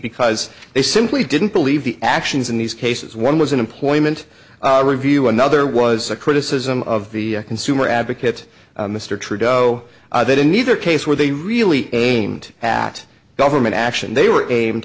because they simply didn't believe the actions in these cases one was an employment review another was a criticism of the consumer advocate mr trigger oh that in either case where they really aimed at government action they were aimed